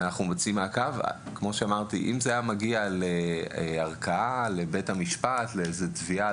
אם זה היה מגיע לערכאה, לאיזו תביעה,